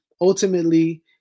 ultimately